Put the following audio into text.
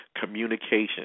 communication